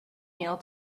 meal